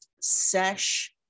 sesh